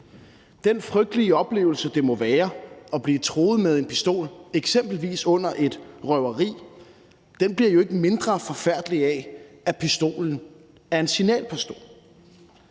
Den frygtelige oplevelse, det må være at blive truet med en pistol, eksempelvis under et røveri, bliver jo ikke mindre forfærdelig af, at pistolen er en signalpistol.